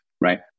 Right